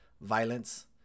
violence